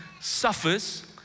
suffers